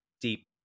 deep